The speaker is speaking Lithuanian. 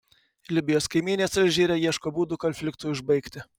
libijos kaimynės alžyre ieško būdų konfliktui užbaigti